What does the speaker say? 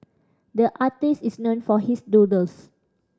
the artist is known for his doodles